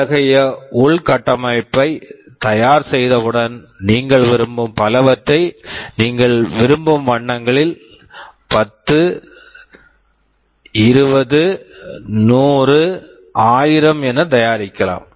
அத்தகைய உள்கட்டமைப்பை தயார் செய்தவுடன் நீங்கள் விரும்பும் பலவற்றை நீங்கள் விரும்பும் எண்ணங்களில் 10 20 100 1000 என தயாரிக்கலாம்